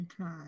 Okay